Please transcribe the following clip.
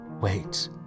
Wait